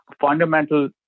fundamental